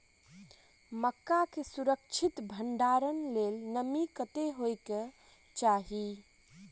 मक्का केँ सुरक्षित भण्डारण लेल नमी कतेक होइ कऽ चाहि?